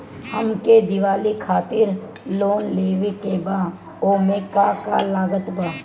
हमके दिवाली खातिर लोन लेवे के बा ओमे का का लागत बा?